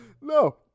No